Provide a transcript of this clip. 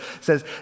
says